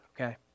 okay